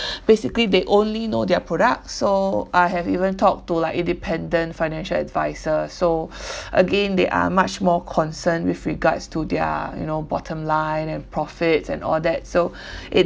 basically they only know their product so I have even talked to like independent financial advisers so again they are much more concerned with regards to their you know bottom line and profits and all that so it